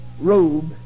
robe